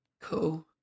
cool